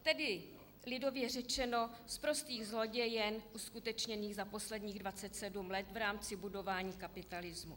Tedy lidově řečeno sprostých zlodějen uskutečněných za posledních 27 let v rámci budování kapitalismu.